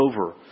over